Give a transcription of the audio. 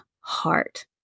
heart